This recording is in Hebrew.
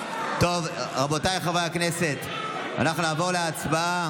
טוב, רבותיי חברי הכנסת, אנחנו נעבור להצבעה.